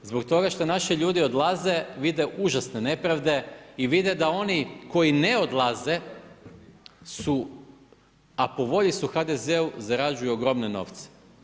Zbog toga što naši ljudi odlaze, vide užasne nepravde i vide da oni koji ne odlaze su a po volji su HDZ-u zarađuju ogromne novce.